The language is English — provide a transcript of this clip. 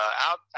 out